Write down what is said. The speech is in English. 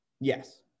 Yes